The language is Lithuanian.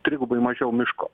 trigubai mažiau miško